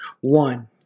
one